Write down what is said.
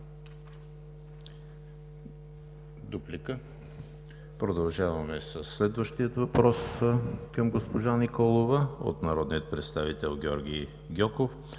Дуплика? Няма. Продължаваме със следващия въпрос към госпожа Николова от народния представител Георги Гьоков